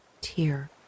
tear